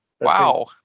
Wow